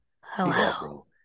Hello